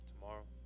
Tomorrow